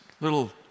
Little